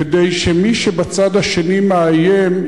כדי שמי שבצד השני מאיים,